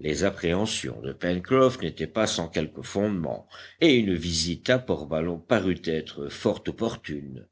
les appréhensions de pencroff n'étaient pas sans quelque fondement et une visite à port ballon parut être fort opportune